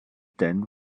then